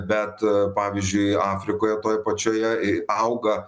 bet pavyzdžiui afrikoje toj pačioje auga